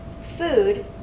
food